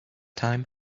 time